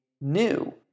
new